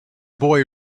boy